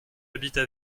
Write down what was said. habites